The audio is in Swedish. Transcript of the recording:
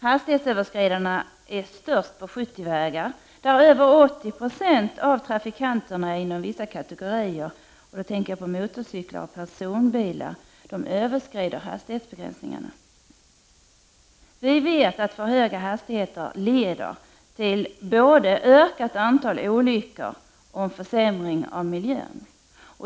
Hastighetsöverskridandena är störst på 70-vägar, där över 80 96 av trafikanterna inom vissa kategorier — motorcyklar och personbilar — överskrider hastighetsbestämmelserna. Vi vet att för höga hastigheter leder till både ett ökat antal olyckor och en försämring av miljön.